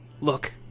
look